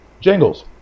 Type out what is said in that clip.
Jingles